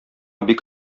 бик